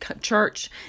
church